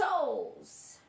souls